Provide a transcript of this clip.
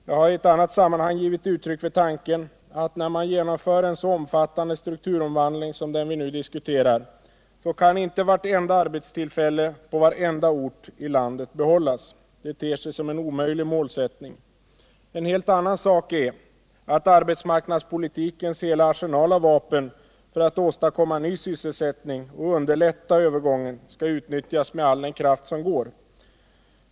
Jag har i annat sammanhang givit uttryck för tanken att när man genomför en så omfattande strukturomvandling som den vi nu diskuterar kan inte vartenda arbetstillfälle på varenda ort i landet behållas. Det ter sig som en omöjlig målsättning. En hel annan sak är att arbetsmarknadspolitikens hela arsenal av vapen för att åstadkomma ny sysselsättning och underlätta övergången skall utnyttjas med all den kraft som går att uppbringa.